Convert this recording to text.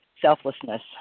selflessness